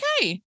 okay